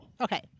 Okay